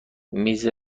میز